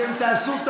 אתם תעשו טעות.